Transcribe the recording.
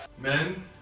Men